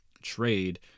trade